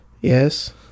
Yes